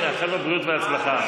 נאחל לו בריאות והצלחה.